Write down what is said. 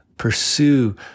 pursue